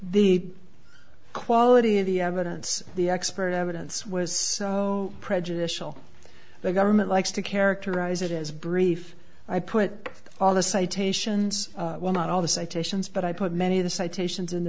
the quality of the evidence the expert evidence was so prejudicial the government likes to characterize it as brief i put all the citations well not all the citations but i put many of the citations in